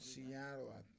Seattle